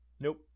Nope